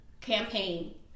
campaign